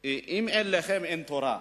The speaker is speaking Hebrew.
אפילו אומרים ש"אם אין לחם אין תורה".